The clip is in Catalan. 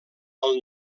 del